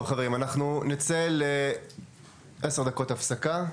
טוב, חברים, אנחנו נצא לעשר דקות הפסקה,